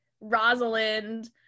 Rosalind